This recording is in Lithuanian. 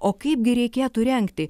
o kaipgi reikėtų rengti